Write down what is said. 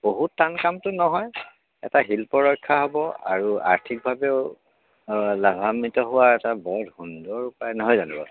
বহুত টান কামটো নহয় এটা শিল্প ৰক্ষা হ'ব আৰু আৰ্থিকভাৱেও লাভাম্বিত হোৱাৰ এটা বৰ সুন্দৰ উপায় নহয় জানো বাৰু